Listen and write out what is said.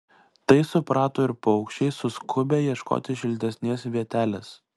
tai suprato ir paukščiai suskubę ieškoti šiltesnės vietelės